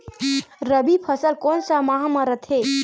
रबी फसल कोन सा माह म रथे?